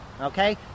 okay